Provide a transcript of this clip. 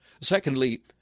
Secondly